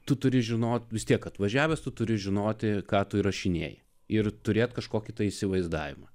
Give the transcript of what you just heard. tu turi žinot vis tiek atvažiavęs tu turi žinoti ką tu įrašinėji ir turėti kažkokį įsivaizdavimą